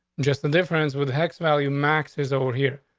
just the difference with hex value. maxes over here,